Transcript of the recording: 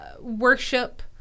worship